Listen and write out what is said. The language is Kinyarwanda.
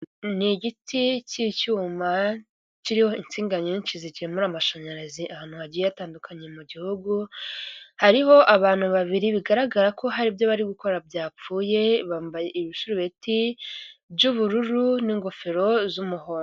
Ni igiti cy'icyuma kiriho insinga nyinshi zigemura amashanyarazi ahantu hagiye hatandukanye mu gihugu, hariho abantu babiri bigaragara ko hari ibyo bari gukora byapfuye bambaye ibisurubeti by'ubururu n'ingofero z'umuhondo.